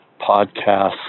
podcasts